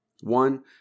One